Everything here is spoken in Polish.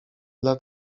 dla